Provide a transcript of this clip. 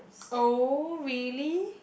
oh really